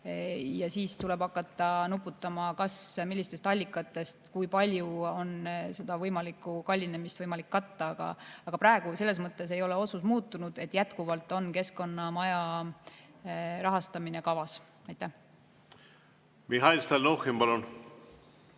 Ja siis tuleb hakata nuputama, millistest allikatest kui palju on seda võimalikku kallinemist võimalik katta. Aga praegu selles mõttes ei ole otsus muutunud, et jätkuvalt on Keskkonnamaja rahastamine kavas. Aitäh! Selles mõttes oleme